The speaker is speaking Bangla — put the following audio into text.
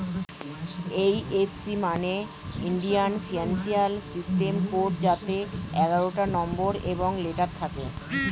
এই এফ সি মানে ইন্ডিয়ান ফিনান্সিয়াল সিস্টেম কোড যাতে এগারোটা নম্বর এবং লেটার থাকে